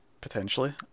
potentially